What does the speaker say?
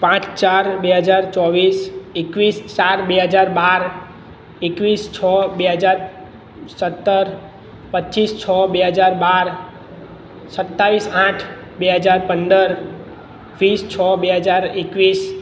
પાંચ ચાર બે હજાર ચોવીસ એકવીસ સાત બે હજાર બાર એકવીસ છ બે હજાર સત્તર પચીસ છ બે હજાર બાર સત્તાવીસ આઠ બે હજાર પંદર વીસ છ બે હજાર એકવીસ